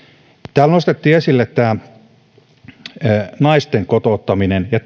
täällä nostettiin esille naisten kotouttaminen ja